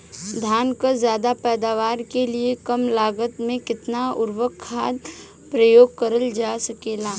धान क ज्यादा पैदावार के लिए कम लागत में कितना उर्वरक खाद प्रयोग करल जा सकेला?